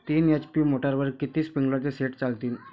तीन एच.पी मोटरवर किती स्प्रिंकलरचे सेट चालतीन?